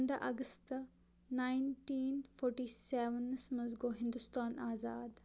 پَنٛداہ August nineteen forty سیٚونَس مَنٛز گوٚو ہِندوستان آزاد